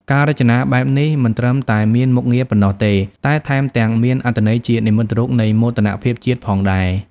ការរចនាបែបនេះមិនត្រឹមតែមានមុខងារប៉ុណ្ណោះទេ តែថែមទាំងមានអត្ថន័យជានិមិត្តរូបនៃមោទនភាពជាតិផងដែរ។